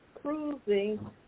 cruising